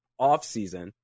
offseason